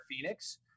Phoenix